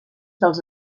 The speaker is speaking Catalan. dels